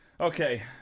okay